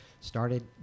Started